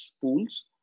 pools